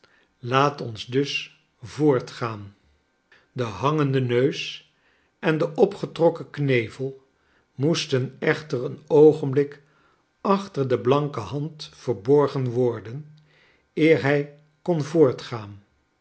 laat ons dus voortgaan de hangende neus en de opgetrokken knevel moesten echter een oogenblik achter de blanke hand verborgen worden eer hij kon voortgaan